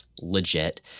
Legit